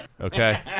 Okay